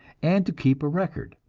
and to keep a record.